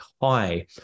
high